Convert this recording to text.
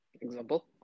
Example